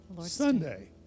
Sunday